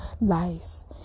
lies